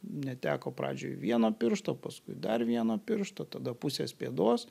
neteko pradžioj vieno piršto paskui dar vieno piršto tada pusės pėdos